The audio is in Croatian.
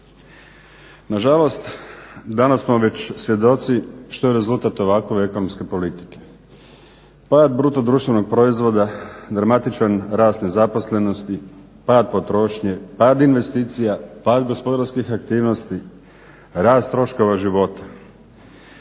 Nažalost, danas smo već svjedoci što je rezultat ovakve ekonomske politike. Pad BDP-a, dramatičan rast nezaposlenosti, pad potrošnje, pad investicija, pad gospodarskih aktivnosti, rast troškova života.